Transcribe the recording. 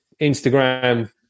Instagram